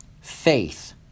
faith